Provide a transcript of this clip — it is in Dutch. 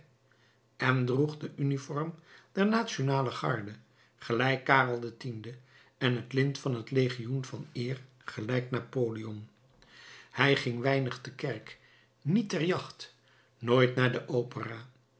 hij droeg de uniform der nationale garde gelijk karel x en het lint van het legioen van eer gelijk napoleon hij ging weinig ter kerk niet ter jacht nooit naar de opera